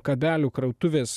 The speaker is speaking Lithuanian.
kabelių krautuvės